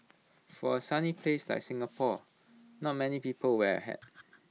for A sunny place like Singapore not many people wear A hat